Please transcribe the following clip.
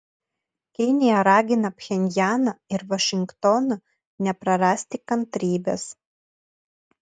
kinija ragina pchenjaną ir vašingtoną neprarasti kantrybės